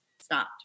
stopped